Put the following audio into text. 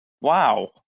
wow